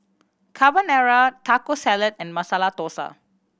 Carbonara Taco Salad and Masala Dosa